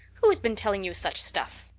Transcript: who has been telling you such stuff?